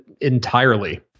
entirely